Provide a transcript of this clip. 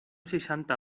seixanta